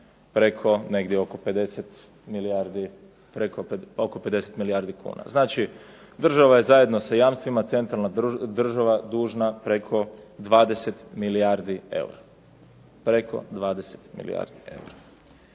preko negdje oko 50 milijardi kuna. Znači, država je zajedno sa jamstvima centralna država dužna preko 20 milijardi eura. No međutim, kada